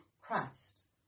Christ